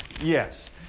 Yes